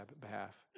behalf